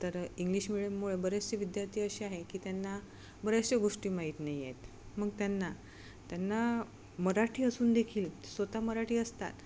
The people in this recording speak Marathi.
तर इंग्लिश मिडियममुळे बरेचसे विद्यार्थी असे आहे की त्यांना बऱ्याचशा गोष्टी माहीत नाही आहेत मग त्यांना त्यांना मराठी असून देखील स्वतः मराठी असतात